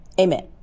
Amen